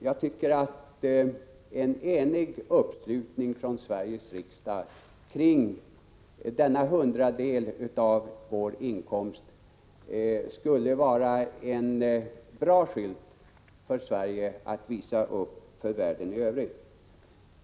Jag tycker att en enig uppslutning från Sveriges riksdag kring denna hundradel av vår inkomst skulle vara en bra skylt för Sverige att visa upp för världen i övrigt.